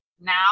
now